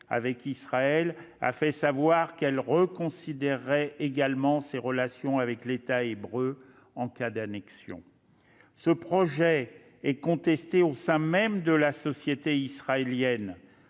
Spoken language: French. avec Israël, a fait savoir qu'elle reconsidérerait également ses relations avec l'État hébreu en cas d'annexion. Ce projet est contesté au sein même de la société israélienne.